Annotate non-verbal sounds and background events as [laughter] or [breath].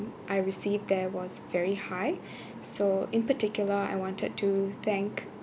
I received there was very high [breath] so in particular I wanted to thank